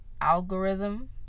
algorithm